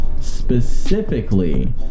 specifically